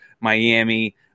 Miami